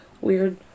weird